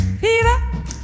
fever